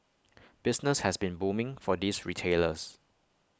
business has been booming for these retailers